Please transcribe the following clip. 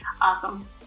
Awesome